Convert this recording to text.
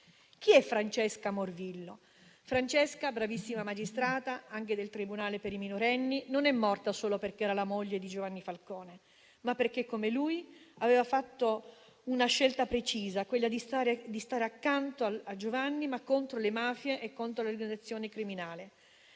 Chi era Francesca Morvillo? Francesca, bravissima magistrata, anche del tribunale per i minorenni, non è morta solo perché era la moglie di Giovanni Falcone, ma perché, come lui, aveva fatto una scelta precisa, quella di stare accanto a Giovanni, ma contro le mafie e contro le organizzazioni criminali.